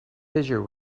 fissure